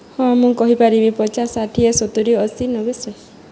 ହଁ ମୁଁ କହିପାରିବି ପଚାଶ ଷାଠିଏ ସତୁୁରୀ ଅଶୀ ନବେ ଶହେ